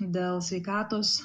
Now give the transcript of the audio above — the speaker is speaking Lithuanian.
dėl sveikatos